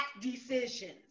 decisions